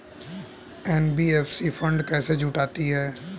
NBFC fund कैसे जुटाती है?